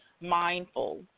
mindful